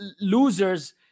losers